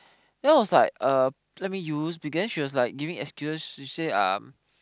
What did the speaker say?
then I was like uh let me use but then she was like giving excuse she say um